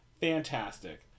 Fantastic